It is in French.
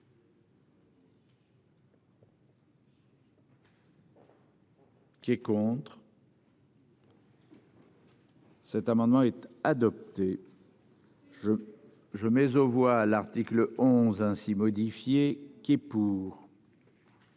Qui est contre. Cet amendement est adopté. Je je mais aux voix l'article 11 ainsi maudit. Qui est qui